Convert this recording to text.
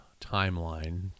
timeline